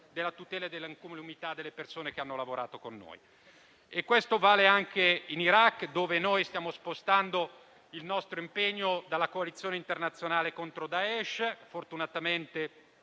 della tutela dell'incolumità delle persone che hanno lavorato con noi, e un altro Paese. Questo vale anche in Iraq, dove stiamo spostando il nostro impegno dalla coalizione internazionale contro Daesh,